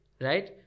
right